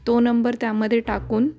तो नंबर त्यामध्ये टाकून